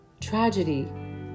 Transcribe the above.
tragedy